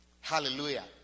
hallelujah